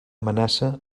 amenaça